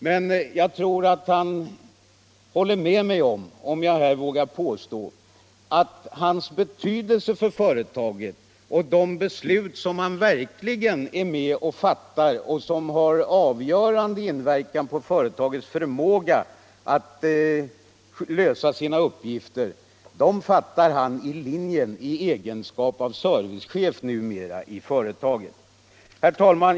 Men jag tror att han håller med mig om att hans inflytande i företaget — genom de beslut som han verkligen är med och fattar och som har avgörande inverkan på företagets förmåga att lösa sina uppgifter — ligger i att han numera fattar dessa beslut i egenskap av servicechef i företaget i kraft av sin kompetens och sitt kunnande. Herr talman!